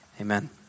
Amen